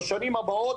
בשנים הבאות,